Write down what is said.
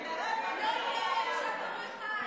לא יהיה לב שבור אחד.